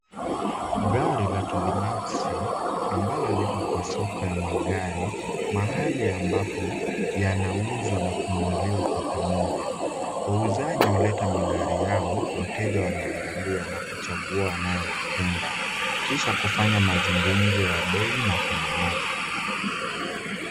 Gari la kibinafsi ambalo liko kwa soko ya magari mahali ambapo yanauzwa na kununuliwa kwa pamoja wauzaji huleta magari yao wateja wanaangalia na kuchagua anayoyapenda kisha kufanya mazungumzo ya bei na kununua.